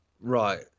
Right